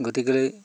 গতিকেলৈ